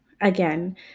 again